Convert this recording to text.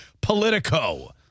Politico